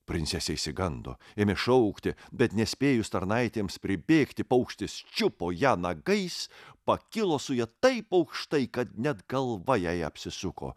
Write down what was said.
princesė išsigando ėmė šaukti bet nespėjus tarnaitėms pribėgti paukštis čiupo ją nagais pakilo su ja taip aukštai kad net galva jai apsisuko